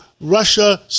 Russia